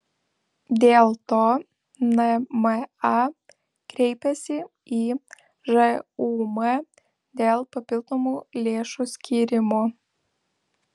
dėl to nma kreipėsi į žūm dėl papildomų lėšų skyrimo